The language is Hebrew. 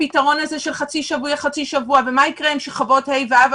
הפתרון של חצי שבוע-חצי שבוע מה יקרה עם שכבות ה' ו-ו'?